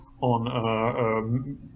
on